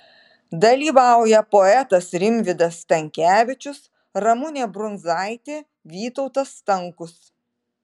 dalyvauja poetas rimvydas stankevičius ramunė brundzaitė vytautas stankus